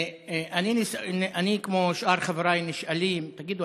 אני ושאר חברי נשאלים: תגידו,